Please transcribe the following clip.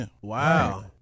Wow